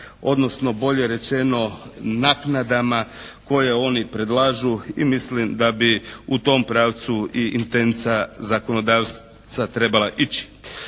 odnosno bolje rečeno naknadama koje oni predlažu i mislim da bi u tom pravcu i intenca zakonodavca trebala ići.